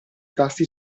tasti